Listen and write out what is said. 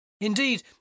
Indeed